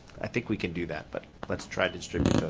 i think we can do that. but let's try to distribute